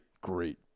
great